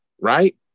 right